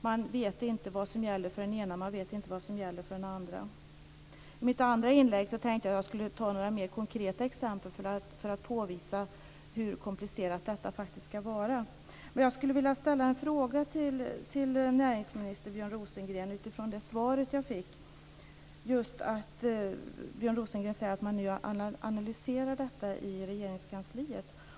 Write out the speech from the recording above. Man vet inte vad som gäller för den ena. Man vet inte vad som gäller för den andra. I mitt andra inlägg tänkte jag att jag skulle ta några mer konkreta exempel för att påvisa hur komplicerat detta faktiskt kan vara. Björn Rosengren utifrån det svar jag fick. Björn Rosengren säger att man nu analyserar detta i Regeringskansliet.